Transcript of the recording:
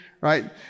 right